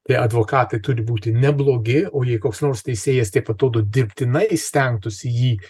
tie advokatai turi būti neblogi o jei koks nors teisėjas taip atrodo dirbtinai stengtųsi jį